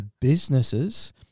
businesses